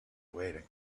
waiting